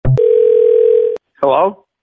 Hello